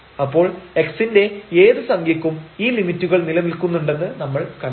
അപ്പോൾ x ന്റെ ഏത് സംഖ്യക്കും ഈ ലിമിറ്റുകൾ നിലനിൽക്കുന്നുണ്ടെന്ന് നമ്മൾ കണ്ടെത്തി